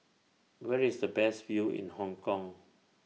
Where IS The Best View in Hong Kong